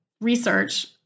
research